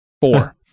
Four